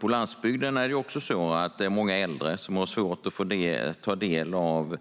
På landsbygden är det också många äldre som har svårt att ta del av